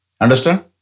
Understand